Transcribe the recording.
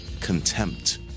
contempt